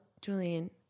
Julian